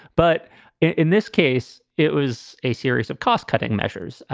but in this case, it was a series of cost cutting measures.